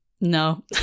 No